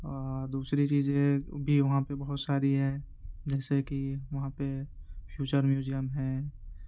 دوسری چیز یہ ہے بھی وہاں پہ بہت ساری ہے جیسے کہ وہاں پہ فیوچر میوزیم ہے